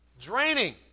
Draining